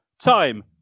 time